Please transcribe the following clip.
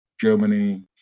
Germany